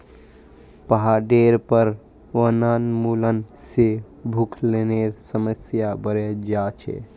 पहाडेर पर वनोन्मूलन से भूस्खलनेर समस्या बढ़े जा छे